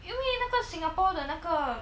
因为那个 singapore 的那个